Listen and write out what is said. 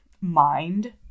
mind